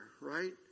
right